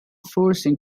forcing